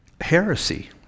heresy